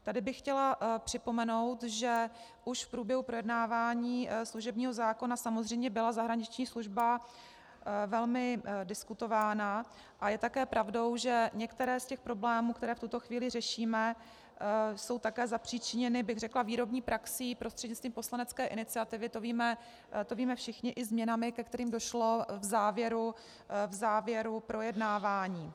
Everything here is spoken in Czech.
Tady bych chtěla připomenout, že už v průběhu projednávání služebního zákona samozřejmě byla zahraniční služba velmi diskutována, a je také pravdou, že některé z těch problémů, které v tuto chvíli řešíme, jsou také zapříčiněny, bych řekla, výrobní praxí prostřednictvím poslanecké iniciativy, to víme všichni, i změnami, ke kterým došlo v závěru projednávání.